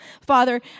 Father